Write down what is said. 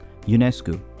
UNESCO